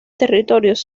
territorios